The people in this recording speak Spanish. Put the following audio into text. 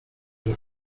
las